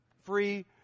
free